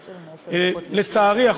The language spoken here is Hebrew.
לצערי,